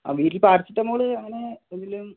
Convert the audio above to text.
ആ വീട്ടിൽ പാരസെറ്റാമോള് അങ്ങനെ എന്തെലും